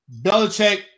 Belichick